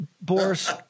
Boris